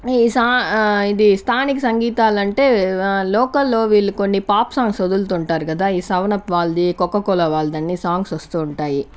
ఈ సా ఇది స్థానిక సంగీతాలు అంటే లోకల్లో వీళ్లు కొన్ని పాప్ సాంగ్స్ వదులుతుంటారు కదా ఈ సెవెన్అప్ వాళ్ళది కోకో కోల వాళ్లది అన్ని సాంగ్స్ వస్తుంటాయి